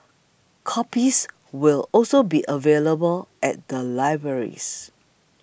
copies will also be available at the libraries